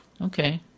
Okay